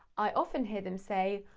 i often hear them say,